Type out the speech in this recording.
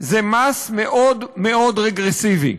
זה מס מאוד מאוד רגרסיבי.